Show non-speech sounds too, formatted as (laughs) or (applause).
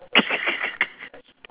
(laughs)